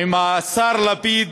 האם השר לפיד,